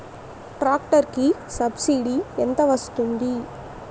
Tractor కి subsidy ఎంత వస్తుంది?